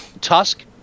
tusk